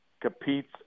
competes